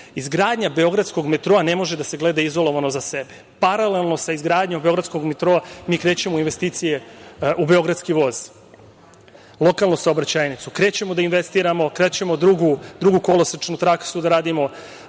izgradnja beogradskog metroa ne može da se gleda izolovano za sebe. Paralelno sa izgradnjom beogradskog metroa mi krećemo u investicije u Beogradski voz, lokalnu saobraćajnicu, krećemo da investiramo, krećemo drugu kolosečnu trasu da radimo